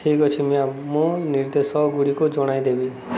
ଠିକ୍ ଅଛି ମ୍ୟାମ୍ ମୁଁ ନିର୍ଦ୍ଦେଶଗୁଡ଼ିକୁ ଜଣାଇଦେବି